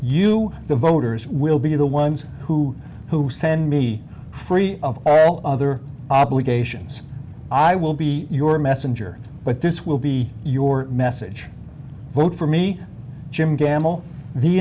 you the voters will be the ones who who send me free of all other obligations i will be your messenger but this will be your message vote for me jim gamble the